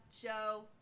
Joe